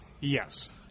Yes